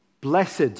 blessed